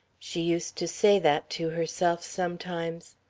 she used to say that to herself sometimes,